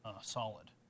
solid